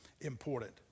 important